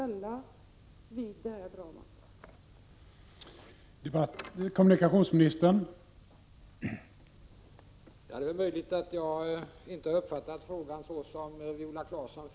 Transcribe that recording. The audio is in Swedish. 1986/87:58 ställa med anledning av det här dramat. 22 januari 1987